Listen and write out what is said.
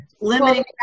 Limiting